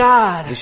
God